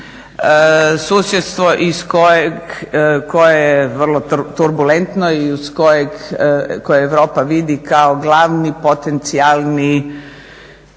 susjedstvo koje je vrlo turbulentno i koje Europa vidi kao glavni potencijalni